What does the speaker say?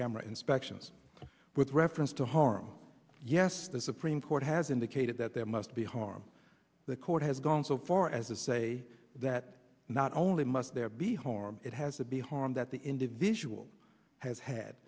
camera inspections with reference to harm yes the supreme court has indicated that there must be harm the court has gone so far as a say that not only must there be harm it has to be harm that the individual has head